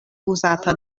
uzata